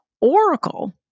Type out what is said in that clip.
Oracle